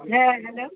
হ্যাঁ হ্যালো